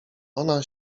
ona